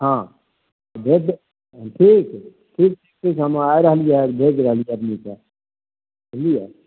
हँ भेज ठीक है ठीक है हम्मे आ रहलिए भेज रहलिाऐ आदमीके बुझलिऐ